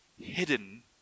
hidden